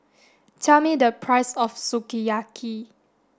tell me the price of Sukiyaki